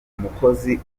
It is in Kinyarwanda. umukozi